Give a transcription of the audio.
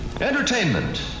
Entertainment